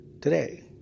today